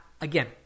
Again